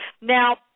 Now